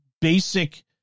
basic